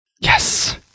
Yes